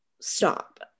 stop